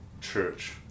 church